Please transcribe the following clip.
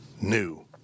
new